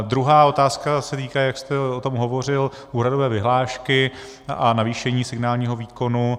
Druhá otázka se týká, jak jste o tom hovořil, úhradové vyhlášky a navýšení signálního výkonu.